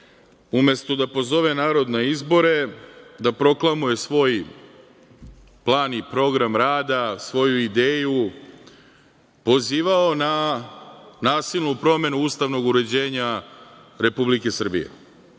umesto da pozove narod na izbore, da proklamuje svoj plan i program rada, svoju ideju, pozivao na nasilnu promenu ustavnog uređenja Republike Srbije. Boško